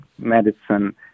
medicine